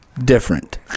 different